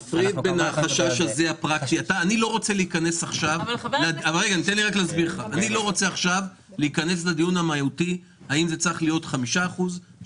השאלה אם הוועדה המקצועית רשאית נניח היו יומיים או שבוע של שביתה,